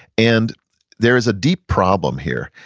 and there is a deep problem here.